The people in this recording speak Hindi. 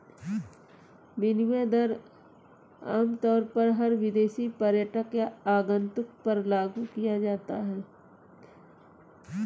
विनिमय दर आमतौर पर हर विदेशी पर्यटक या आगन्तुक पर लागू किया जाता है